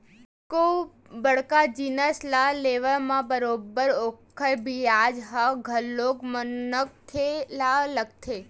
कतको बड़का जिनिस के लेवई म बरोबर ओखर बियाज ह घलो मनखे ल लगथे